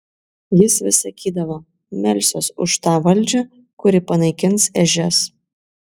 jis vis sakydavo melsiuos už tą valdžią kuri panaikins ežias